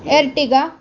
Ertiga